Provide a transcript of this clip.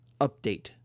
update